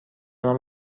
نام